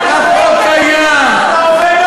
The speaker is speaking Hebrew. אז אני מסביר לך, החוק קיים, אתה עובד עלינו.